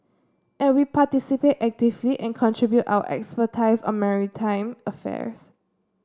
and we participate actively and contribute our on maritime affairs